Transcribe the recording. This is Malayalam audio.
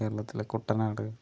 കേരളത്തിലെ കുട്ടനാട്